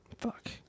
Fuck